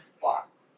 blocks